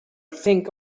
think